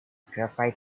graphite